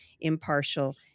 impartial